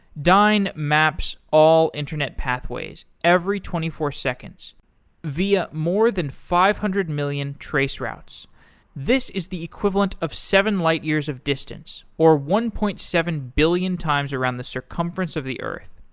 dyn maps all internet pathways every twenty four seconds via more than five hundred million traceroutes. this is the equivalent of seven light years of distance, or one point seven billion times around the circumference of the earth.